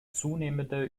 zunehmende